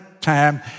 time